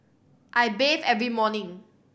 I bathe every morning